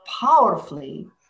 powerfully